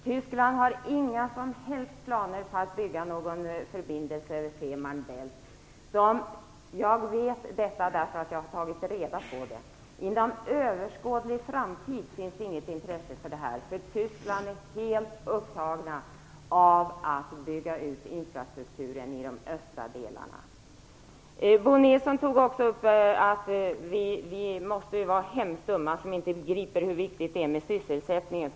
Tyskland har inga som helst planer på att bygga någon förbindelse över Fehmarn Belt. Jag vet detta, därför att jag har tagit reda på det. Inom en överskådlig framtid finns det inget intresse för detta, därför att i Tyskland är man helt upptagen med att bygga ut infrastrukturen i de östra delarna. Bo Nilsson sade också att vi måste vara hemskt dumma när vi inte begriper hur viktigt detta är för sysselsättningen.